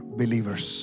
believers